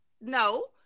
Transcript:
no